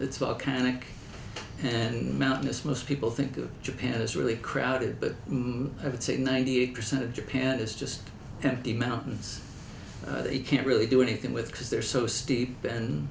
of mountainous most people think of japan as really crowded but i would say ninety eight percent of japan is just empty mountains they can't really do anything with because they're so steep and